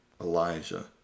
Elijah